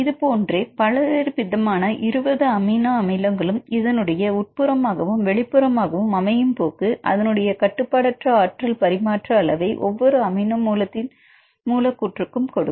இதுபோன்றே வெவ்வேறுவிதமான இருபது அமினோ அமிலங்களும் அதனுடைய உட்புறமாகவும் வெளிப்புறமாகவும் அமையும் போக்கு அதனுடைய கட்டுப்பாடற்ற ஆற்றல் பரிமாற்ற அளவை ஒவ்வொரு அமினோ அமிலத்தின் மூலக்கூற்றுக்கும் கொடுக்கும்